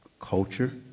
culture